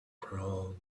crowd